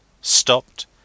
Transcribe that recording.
stopped